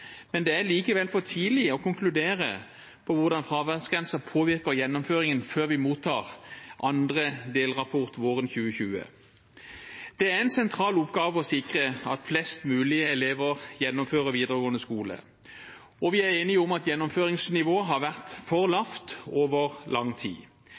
men det er likevel for tidlig å konkludere på hvordan fraværsgrensen påvirker gjennomføringen, før vi mottar andre delrapport våren 2020. Det er en sentral oppgave å sikre at flest mulig elever gjennomfører videregående skole, og vi er enige om at gjennomføringsnivået har vært for lavt over lang tid.